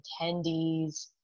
attendees